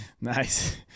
Nice